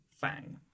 Fang